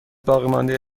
باقیمانده